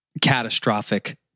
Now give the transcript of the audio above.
catastrophic